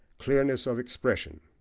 clearness of expression.